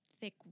thick